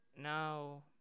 now